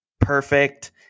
perfect